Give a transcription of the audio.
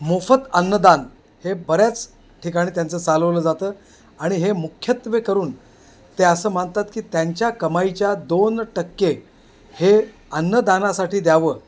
मोफत अन्नदान हे बऱ्याच ठिकाणी त्यांचं चालवलं जातं आणि हे मुख्यत्वे करून ते असं मानतात की त्यांच्या कमाईच्या दोन टक्के हे अन्नदानासाठी द्यावं